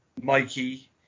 Mikey